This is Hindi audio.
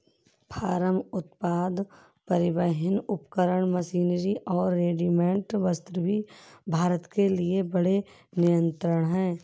फार्म उत्पाद, परिवहन उपकरण, मशीनरी और रेडीमेड वस्त्र भी भारत के लिए बड़े निर्यात हैं